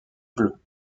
bleu